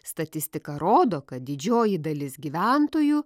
statistika rodo kad didžioji dalis gyventojų